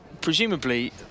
presumably